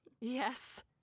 Yes